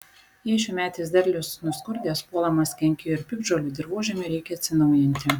jei šiųmetis derlius nuskurdęs puolamas kenkėjų ir piktžolių dirvožemiui reikia atsinaujinti